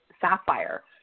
sapphire